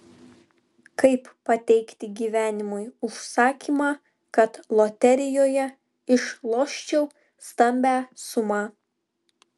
kaip pateikti gyvenimui užsakymą kad loterijoje išloščiau stambią sumą